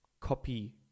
copy